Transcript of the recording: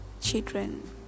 children